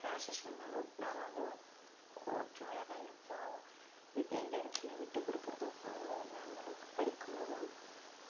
crashes வந்தாலும் நாங்கள் வந்து ஒற்றுமையாக தான் இருப்போம் எந்த இடத்திலயும் விட்டுகொடுக்குறதும் போகிறதும் இல்லை அந்த அளவுக்கு படிக்கும்போதும்